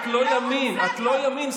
את לא ימין, את לא ימין.